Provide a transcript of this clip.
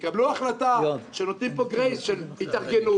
תקבלו החלטה שנותנים פה גרייס של התארגנות,